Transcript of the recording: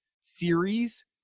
series